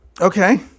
Okay